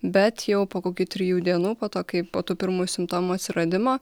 bet jau po kokių trijų dienų po to kai po tų pirmų simptomų atsiradimo